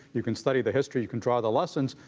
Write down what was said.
you can study the history, you can draw the lessons.